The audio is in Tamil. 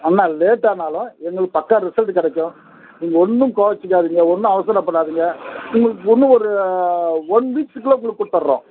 ஆனால் லேட் ஆனாலும் எங்களுது பக்கா ரிசல்ட்டு கிடைக்கும் நீங்கள் ஒன்றும் கோவிச்சுக்காதீங்க ஒன்றும் அவசரப்படாதீங்க உங்களுக்கு இன்னும் ஒரு ஒன் வீக்குக்குள்ள உங்களுக்கு கொடுத்தர்றோம்